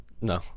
No